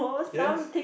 yes